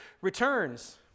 returns